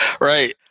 Right